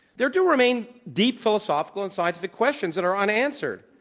there do remain deep philosophical and seismic questions that are unanswered,